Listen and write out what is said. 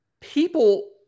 People